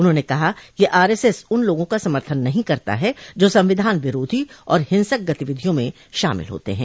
उन्होंने कहा कि आरएसएस उन लोगों का समर्थन नहीं करता है जो संविधान विरोधी और हिंसक गतिविधियों में शामिल होते हैं